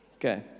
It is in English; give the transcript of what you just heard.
Okay